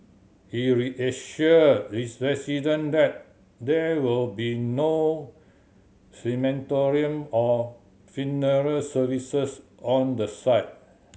he reassured resident that there will be no crematorium or funeral services on the site